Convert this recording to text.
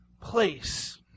place